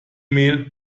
mail